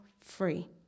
free